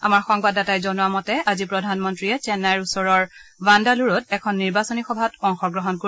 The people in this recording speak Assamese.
আমাৰ সংবাদদাতাই জনোৱা মতে আজি প্ৰধানমন্ত্ৰীয়ে চেন্নাইৰ ওচৰৰ ৱান্দালুৰত এখন নিৰ্বাচনী সভাত অংশগ্ৰহণ কৰিব